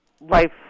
life